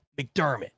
McDermott